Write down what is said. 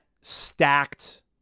stacked